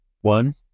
one